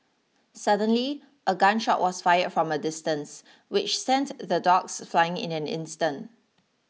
suddenly a gun shot was fired from a distance which sent the dogs fleeing in an instant